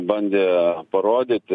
bandė parodyti